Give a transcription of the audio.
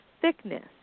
thickness